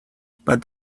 but